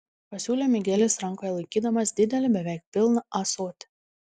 pasiūlė migelis rankoje laikydamas didelį beveik pilną ąsotį